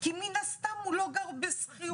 כי מן הסתם הוא לא גר בשכירות.